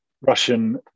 Russian